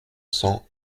cents